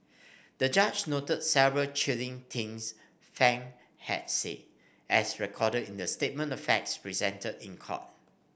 the judge noted several chilling things Fang had said as recorded in the statement of facts presented in court